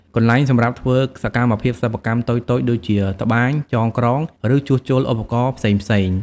កន្លែងសម្រាប់ធ្វើសកម្មភាពសិប្បកម្មតូចៗ ដូចជា ត្បាញ ចងក្រង ឬជួសជុលឧបករណ៍ផ្សេងៗ ។